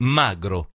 magro